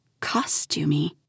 Costumey